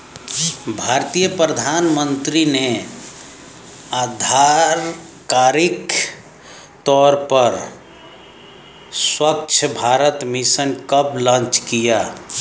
भारतीय प्रधानमंत्री ने आधिकारिक तौर पर स्वच्छ भारत मिशन कब लॉन्च किया?